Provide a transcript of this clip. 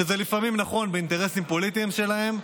שזה לפעמים נכון, באינטרסים הפוליטיים שלהם.